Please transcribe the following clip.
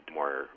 more